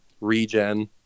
regen